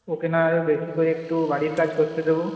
ও কে নাহলে বেশি করে একটু বাড়ির কাজ করতে দেব